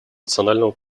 национального